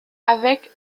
avec